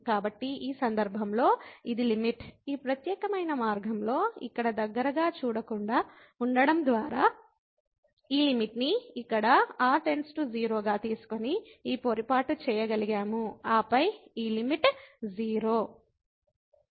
కాబట్టి ఈ సందర్భంలో ఇది లిమిట్ ఈ ప్రత్యేకమైన మార్గంలో ఇక్కడ దగ్గరగా చూడకుండా ఉండడం ద్వారా ఈ లిమిట్ ని ఇక్కడ r → 0 గా తీసుకొని ఈ గణిత సమస్యను చేయగలిగాము ఆ పై ఈ లిమిట్ 0